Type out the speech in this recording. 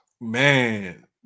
Man